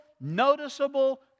noticeable